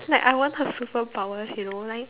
like I want her superpowers you know like